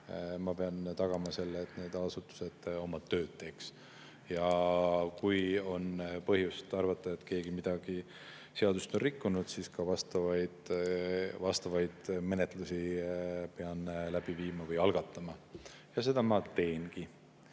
Ma pean tagama selle, et need asutused teeksid oma tööd. Kui on põhjust arvata, et keegi on mingit seadust rikkunud, siis pean ma vastavaid menetlusi läbi viima või algatama. Ja seda ma teengi.